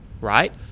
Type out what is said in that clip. right